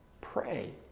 pray